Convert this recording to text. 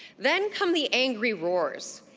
then come the angry roars.